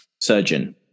surgeon